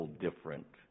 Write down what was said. different